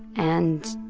and